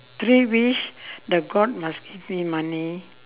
three wish the god must give me money